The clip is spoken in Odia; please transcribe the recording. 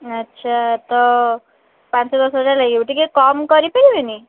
ଆଚ୍ଛା ତ ପାଞ୍ଚ ଦଶହଜାର ଲାଗିବ ଟିକେ କମ୍ କରିପାରିବେନି